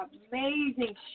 amazing